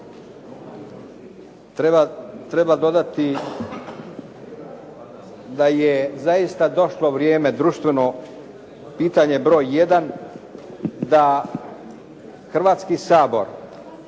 Treba dodati da je zaista došlo vrijeme društveno pitanje broj jedan da Hrvatski sabor